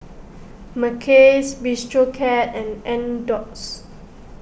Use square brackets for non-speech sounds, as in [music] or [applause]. Mackays Bistro Cat and [unintelligible]